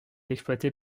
exploitée